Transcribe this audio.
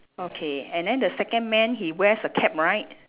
okay and then the second man he wears a cap right